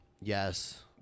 yes